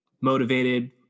motivated